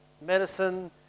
medicine